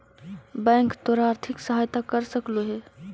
bank तोर आर्थिक सहायता कर सकलो हे